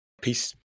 Peace